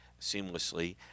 seamlessly